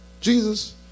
Jesus